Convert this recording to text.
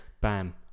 bam